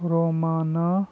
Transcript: Rumana